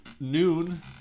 noon